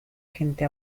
gente